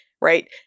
right